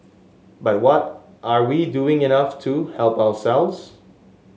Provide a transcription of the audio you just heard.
but what are we doing enough to help ourselves